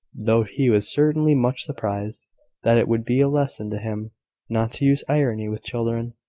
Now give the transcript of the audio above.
though he was certainly much surprised that it would be a lesson to him not to use irony with children,